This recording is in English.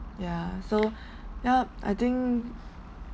yeah so yup I think